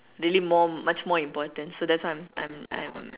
really more much more importance so that's why I'm I'm